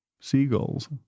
seagulls